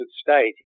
state